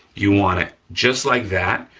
you want it just like that.